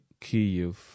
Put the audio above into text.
Kyiv